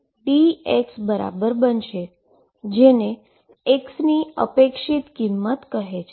જેને x ની expected value કહે છે